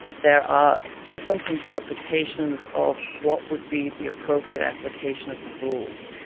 there are different interpretations of what would be the appropriate application of the rules,